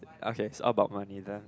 okay all about money then